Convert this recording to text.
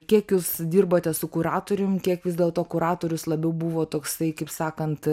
kiek jūs dirbote su kuratorium kiek vis dėlto kuratorius labiau buvo toksai kaip sakant